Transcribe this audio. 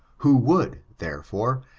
who would, therefore,